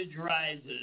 rises